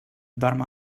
dorm